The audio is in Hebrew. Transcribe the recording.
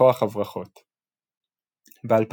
וכוח הברחות ב-2013,